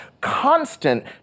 constant